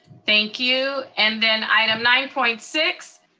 thank you. and then item nine point six,